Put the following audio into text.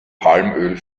palmöl